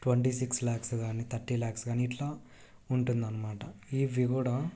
twenty six lakhs కానీ thirty lakhs కానీ ఇట్లా ఉంటుంది అన్నమాట ఇవి కూడా